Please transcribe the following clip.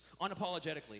unapologetically